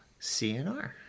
CNR